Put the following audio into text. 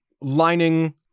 lining